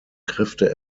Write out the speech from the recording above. kräfte